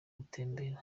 gutembera